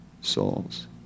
souls